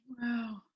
Wow